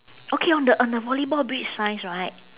okay on the on the volleyball beach signs right